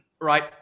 right